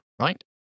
right